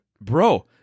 bro